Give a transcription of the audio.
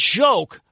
joke